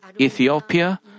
Ethiopia